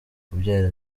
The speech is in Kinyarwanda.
kubyara